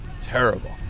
terrible